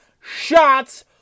shots